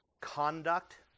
conduct